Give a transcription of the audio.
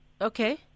Okay